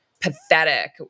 pathetic